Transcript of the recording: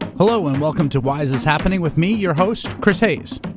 hello, and welcome to why is this happening? with me, your host, chris hayes.